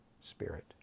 spirit